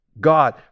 god